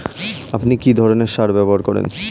আপনি কী ধরনের সার ব্যবহার করেন?